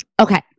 Okay